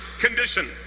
condition